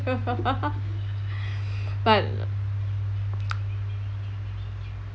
but